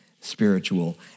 spiritual